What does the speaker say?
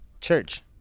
church